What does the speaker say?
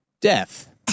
Death